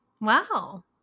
Wow